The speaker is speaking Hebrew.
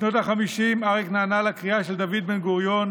בשנות החמישים אריק נענה לקריאה של דוד בן-גוריון